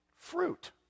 fruit